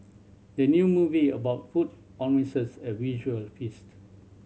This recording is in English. the new movie about food promises a visual feast